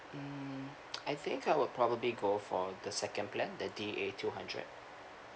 mm I think I would probably go for the second plan the D_A two hundred